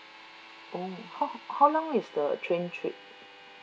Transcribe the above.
oh how how long is the train trip